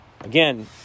Again